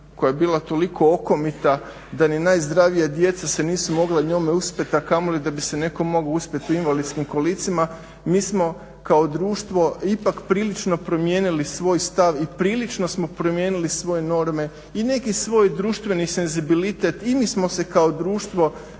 koja je bila toliko okomita da ni najzdravija djeca se nisu mogla njome uspet, a kamoli da bi se netko mogao uspet u invalidskim kolicima. Mi smo kao društvo ipak prilično promijenili svoj stav i prilično smo promijenili svoje norme i neki svoj društveni senzibilitet i mi smo se kao društvo